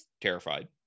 terrified